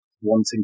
wanting